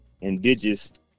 indigenous